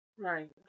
Right